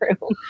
room